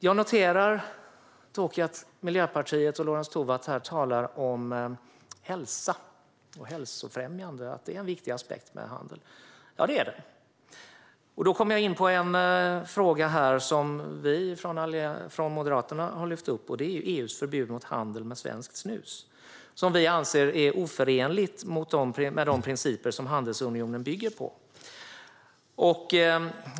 Jag noterar dock att Miljöpartiet och Lorentz Tovatt här talar om att hälsa och hälsofrämjande är en viktig aspekt med handel. Det är det. Då kommer jag in på en fråga som vi från Moderaterna har lyft upp. Det är EU:s förbud mot handel med svenskt snus. Vi anser att det är oförenligt med de principer som handelsunionen bygger på.